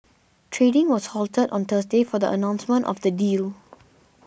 trading was halted on Thursday for the announcement of the deal